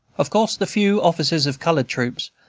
of course the few officers of colored troops,